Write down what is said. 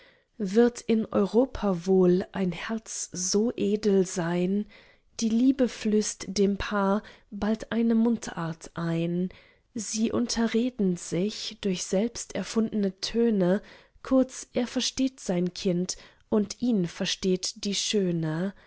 wird in europa wohl ein herz so edel sein die liebe flößt dem paar bald eine mundart ein sie unterreden sich durch selbst erfundne töne kurz er versteht sein kind und ihn versteht die schöne